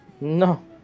No